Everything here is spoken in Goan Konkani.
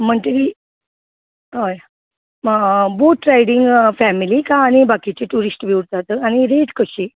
म्हणटगीर हय बोटरायडिंग फेमिलीक आसा बाकिचे टुरिस्टांक बी उरतात आनी रेट कशी